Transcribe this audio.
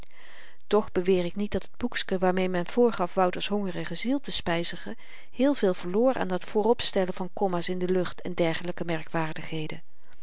toch beweer ik niet dat het boekske waarmee men voorgaf wouters hongerige ziel te spyzigen heel veel verloor aan dat vooropstellen van komma's in de lucht en dergelyke merkwaardigheden